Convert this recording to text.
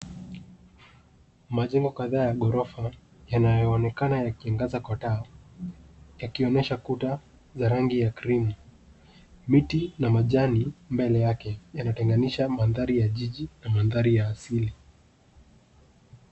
Majengo kadhaa ya ghorofa yanayoonekana yakiangaza kwa taa yakionyesha kuta za rangi ya krimu. Miti na majani mbele yake yanatenganisha mandhari ya jiji na mandhari ya asili.